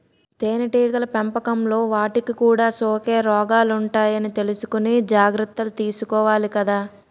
తేనెటీగల పెంపకంలో వాటికి కూడా సోకే రోగాలుంటాయని తెలుసుకుని జాగర్తలు తీసుకోవాలి కదా